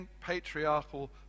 patriarchal